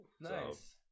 nice